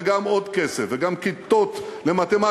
וגם עוד כסף וגם כיתות למתמטיקה,